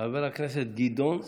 חבר הכנסת גדעון סער,